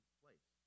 place